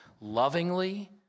lovingly